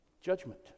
judgment